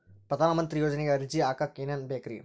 ಪ್ರಧಾನಮಂತ್ರಿ ಯೋಜನೆಗೆ ಅರ್ಜಿ ಹಾಕಕ್ ಏನೇನ್ ಬೇಕ್ರಿ?